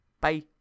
Bye